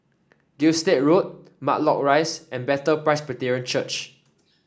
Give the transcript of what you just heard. Gilstead Road Matlock Rise and Bethel Presbyterian Church